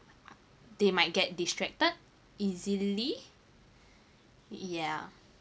they might get distracted easily yeah